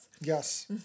Yes